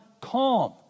calm